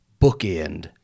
bookend